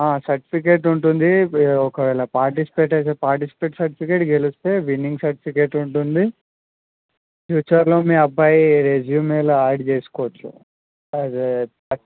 certificate ఉంటుంది ఒకవేళ participate అయితే పార్టిసిపేట్ సర్టిఫికేట్ గెలిస్తే విన్నింగ్ సర్టిఫికెట్ ఉంటుంది ఫ్యూచర్లో మీ అబ్బాయి రెజ్యూమోలో యాడ్ చేసుకోవచ్చు అది